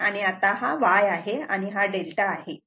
आणि आता हा y आहे आणि हा डेल्टा आहे